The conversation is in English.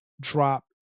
drop